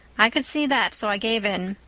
i could see that, so i gave in.